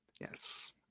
yes